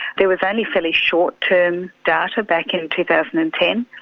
there was only fairly short-term data back in two thousand and ten,